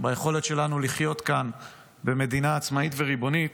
ביכולת שלנו לחיות כאן במדינה עצמאית וריבונית,